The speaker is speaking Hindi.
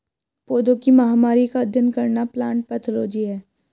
पौधों की महामारी का अध्ययन करना प्लांट पैथोलॉजी है